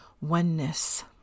oneness